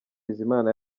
bizimana